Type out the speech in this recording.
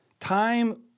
Time